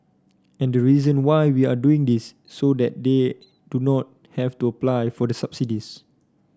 and the reason why we are doing this is so that they do not have to apply for the subsidies